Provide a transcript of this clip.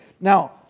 Now